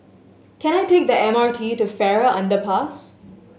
can I take the M R T to Farrer Underpass